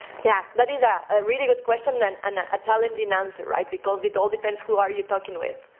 yeah, that is a really good questions, and and ah a challenging answer, right, because it all depends who are you talking with.